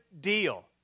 deal